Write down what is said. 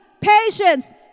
patience